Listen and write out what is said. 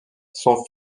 son